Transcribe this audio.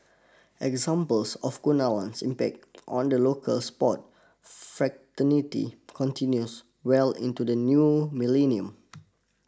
examples of Kunalan's impact on the local sport fraternity continues well into the new millennium